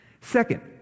Second